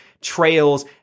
trails